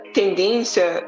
tendência